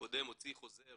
הקודם הוציא חוזר